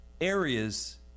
areas